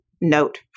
note